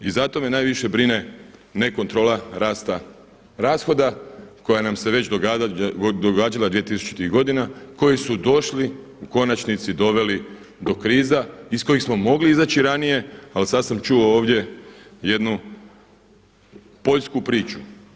I zato me najviše brine ne kontrola rasta rashoda koja nam se već događala dvije tisućih godina, koji su došli u konačnici doveli do kriza iz kojih smo mogli izaći ranije, ali sada sam čuo ovdje jednu poljsku priču.